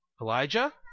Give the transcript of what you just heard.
Elijah